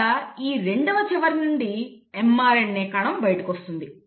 ఇంకా ఈ రెండవ చివర నుండి mRNA కణం బయటకు వస్తుంది